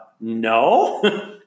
no